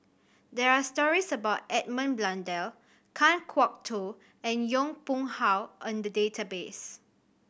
there are stories about Edmund Blundell Kan Kwok Toh and Yong Pung How in the database